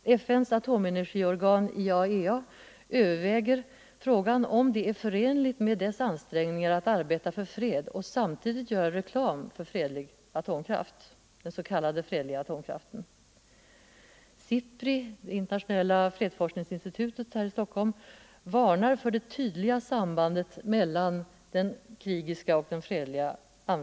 FN:s atomenergiorgan IAEA - Nr 131 överväger frågan om det är förenligt med dess ansträngningar att arbeta Fredagen den för fred att samtidigt göra reklam för den s.k. fredliga atomkraften. 29 november 1974 SIPRI — det internationella fredsforskningsinstitutet i Stockholm varnar LL för det tydliga sambandet mellan den krigiska och fredliga användningen = Ang.